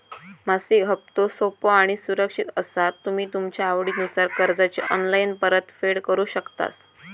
मासिक हप्तो सोपो आणि सुरक्षित असा तुम्ही तुमच्या आवडीनुसार कर्जाची ऑनलाईन परतफेड करु शकतास